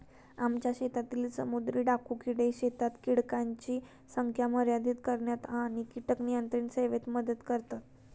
आमच्या शेतातील समुद्री डाकू किडे शेतात कीटकांची संख्या मर्यादित करण्यात आणि कीटक नियंत्रण सेवेत मदत करतात